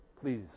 please